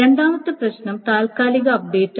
രണ്ടാമത്തെ പ്രശ്നം താൽക്കാലിക അപ്ഡേറ്റാണ്